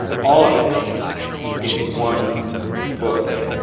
all of it in one book.